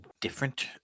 different